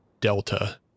Delta